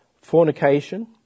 fornication